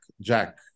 Jack